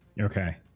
okay